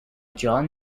john